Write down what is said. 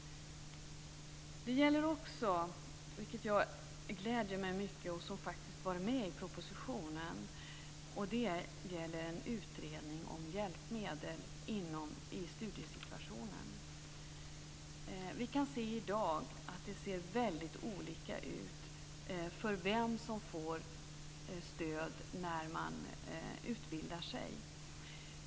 Vad som gläder mig mycket, och som finns med i propositionen, är en utredning om hjälpmedel i studiesituationer. Vi kan se i dag att detta ser väldigt olika ut för vem som får stöd när man utbildar sig.